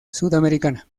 sudamericana